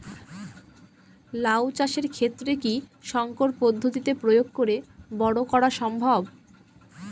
লাও চাষের ক্ষেত্রে কি সংকর পদ্ধতি প্রয়োগ করে বরো করা সম্ভব?